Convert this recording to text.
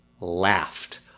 laughed